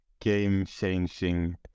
game-changing